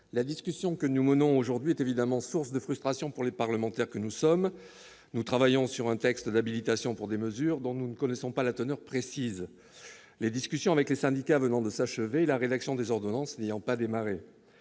la discussion que nous menons aujourd'hui est évidemment source de frustration pour les parlementaires que nous sommes. Nous travaillons sur un texte d'habilitation portant sur des mesures dont nous ne connaissons pas la teneur précise, les discussions avec les syndicats venant de s'achever et la rédaction des ordonnances n'ayant pas commencé.